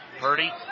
Purdy